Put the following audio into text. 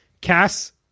Cass